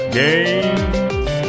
games